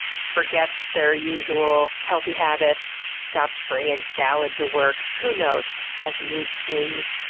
forgets their usual healthy habits, stops bringing salads to work, who knows? has mood swings,